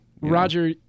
Roger